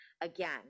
again